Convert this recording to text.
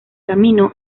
camino